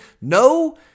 No